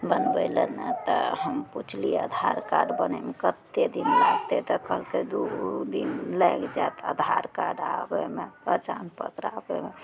बनबय लै ने तऽ हम पुछलियै आधार कार्ड बनयमे कते दिन लागतइ तऽ कहलकइ दू दिन लागि जाइत आधार कार्ड आबयमे पहिचान पत्र आबयमे